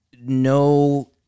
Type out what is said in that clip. no